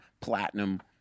platinum